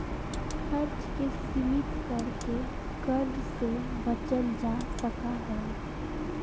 खर्च के सीमित कर के कर्ज से बचल जा सका हई